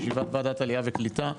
ישיבת ועדת עלייה וקליטה,